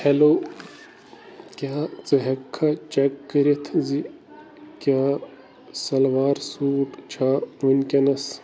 hello کیٛاہ ژٕ ہیٚکہِ کھا چیٚک کٔرِتھ زِ کیٛاہ شلوار سوٗٹ چھا وُنٛکیٚس